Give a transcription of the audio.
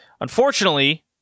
Unfortunately